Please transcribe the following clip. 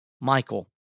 Michael